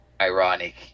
ironic